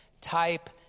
type